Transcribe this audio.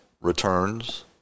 returns